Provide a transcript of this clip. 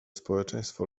społeczeństwo